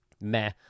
meh